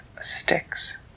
sticks